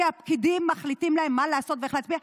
כי הפקידים מחליטים להם מה לעשות ואיך להצביע,